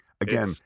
again